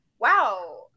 wow